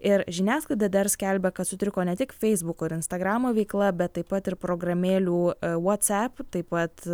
ir žiniasklaida dar skelbia kad sutriko ne tik feisbuko ir instagramo veikla bet taip pat ir programėlių vatsep taip pat